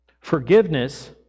Forgiveness